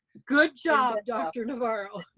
good job, dr. navarro.